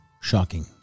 Shocking